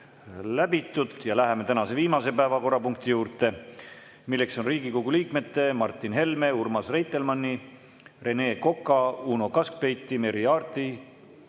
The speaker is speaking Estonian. Läheme tänase viimase päevakorrapunkti juurde, milleks on Riigikogu liikmete Martin Helme, Urmas Reitelmanni, Rene Koka, Uno Kaskpeiti, Merry Aarti,